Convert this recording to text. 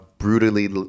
Brutally